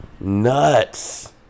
nuts